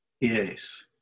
Yes